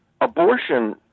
Abortion